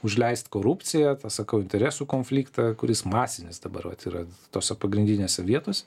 užleist korupcija tą sakau interesų konfliktą kuris masinis dabar vat yra tose pagrindinėse vietose